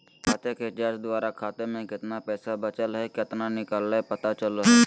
खाते के जांच द्वारा खाता में केतना पैसा बचल हइ केतना निकलय पता चलो हइ